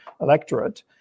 electorate